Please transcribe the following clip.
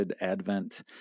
advent